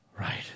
Right